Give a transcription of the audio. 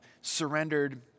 surrendered